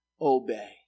obey